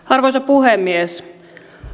arvoisa puhemies